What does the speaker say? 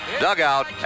dugout